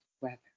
weather